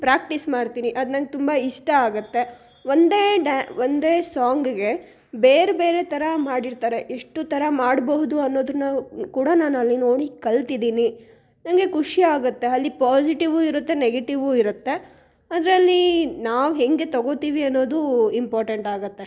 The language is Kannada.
ಪ್ರ್ಯಾಕ್ಟೀಸ್ ಮಾಡ್ತೀನಿ ಅದು ನನಗೆ ತುಂಬ ಇಷ್ಟ ಆಗುತ್ತೆ ಒಂದೇ ಡ್ಯಾ ಒಂದೇ ಸಾಂಗಿಗೆ ಬೇರೆ ಬೇರೆ ತರಹ ಮಾಡಿರ್ತಾರೆ ಎಷ್ಟು ಥರ ಮಾಡ್ಬಹುದು ಅನ್ನೋದನ್ನು ಕೂಡ ನಾನಲ್ಲಿ ನೋಡಿ ಕಲ್ತಿದ್ದೀನಿ ನನಗೆ ಖುಷಿ ಆಗುತ್ತೆ ಅಲ್ಲಿ ಪಾಸಿಟಿವು ಇರುತ್ತೆ ನೆಗೆಟಿವ್ವು ಇರುತ್ತೆ ಅದರಲ್ಲಿ ನಾವು ಹೇಗೆ ತಗೋತೀವಿ ಅನ್ನೋದೂ ಇಂಪೋರ್ಟೆಂಟ್ ಆಗುತ್ತೆ